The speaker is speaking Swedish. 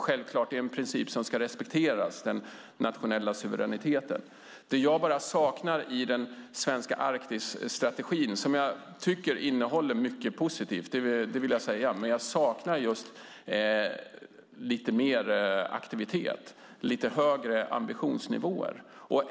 Självklart ska principen om den nationella suveräniteten respekteras. Det jag saknar i den svenska Arktisstrategin, som jag tycker innerhåller mycket positivt, det vill jag säga, är lite mer aktivitet, en lite högre ambitionsnivå.